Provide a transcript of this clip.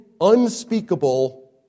unspeakable